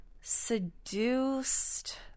seduced